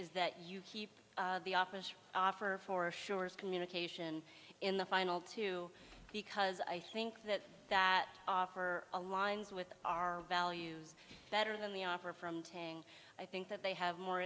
is that you keep the office offer for sure is communication in the final two because i think that that aligns with our values better than the offer from tang i think that they have more